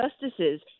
justices